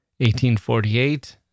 1848